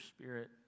spirit